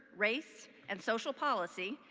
race, and social policy,